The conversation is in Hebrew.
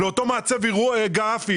לאותו מעצב גרפי,